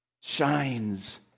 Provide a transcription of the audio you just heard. shines